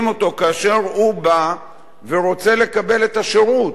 אותו כאשר הוא בא ורוצה לקבל את השירות.